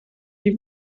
die